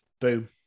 Boom